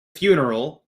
funeral